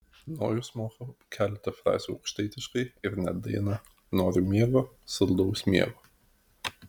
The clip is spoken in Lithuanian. nojus moka keletą frazių aukštaitiškai ir net dainą noriu miego saldaus miego